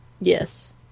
yes